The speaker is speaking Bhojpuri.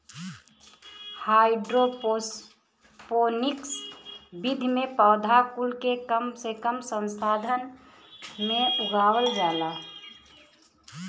हाइड्रोपोनिक्स विधि में पौधा कुल के कम से कम संसाधन में उगावल जाला